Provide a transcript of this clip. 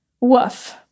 Woof